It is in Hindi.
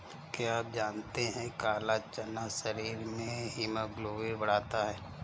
क्या आप जानते है काला चना शरीर में हीमोग्लोबिन बढ़ाता है?